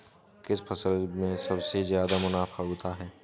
किस फसल में सबसे जादा मुनाफा होता है?